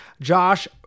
Josh